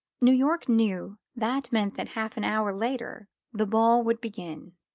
new york knew that meant that half an hour later the ball would begin.